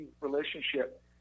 relationship